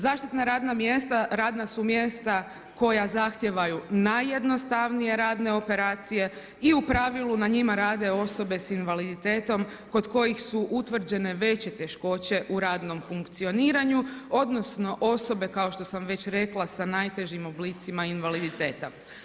Zaštitna radna mjesta radna su mjesta koja zahtijevaju najjednostavnije radne operacije i u pravilu na njima rade osobe sa invaliditetom kod kojih su utvrđene veće teškoće u radnom funkcioniranju odnosno osobe kao što sam već rekla sa najtežim oblicima invaliditeta.